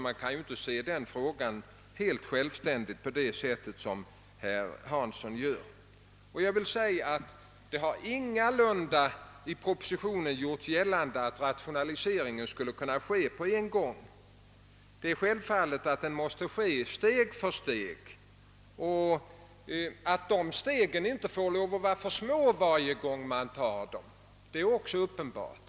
Man kan därför inte se frågan helt självständigt på det sätt som herr Hansson i Skegrie gör. Det har ingalunda i propositionen gjorts gällande att rationaliseringen skulle kunna genomföras på en gång. Självfallet måste den ske steg för steg. Att dessa steg inte får vara för små varje gång man tar dem är också uppenbart.